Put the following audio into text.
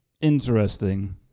interesting